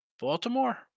Baltimore